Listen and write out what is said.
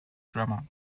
drummer